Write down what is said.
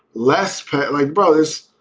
less like bretholz.